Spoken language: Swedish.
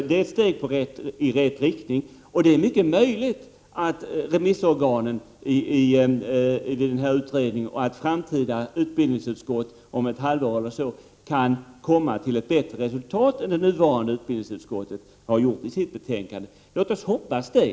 Detta är ändå ett steg i rätt riktning, och det är möjligt att remissorganen och utbildningsutskottet om ett halvår eller så kan komma till ett bättre resultat än det nuvarande utbildningsutskottet har gjort i sitt betänkande. Låt oss hoppas det!